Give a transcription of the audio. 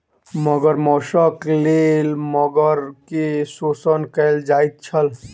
मगर मौसक लेल मगर के शोषण कयल जाइत छल